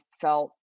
felt